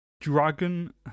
Dragon